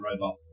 robot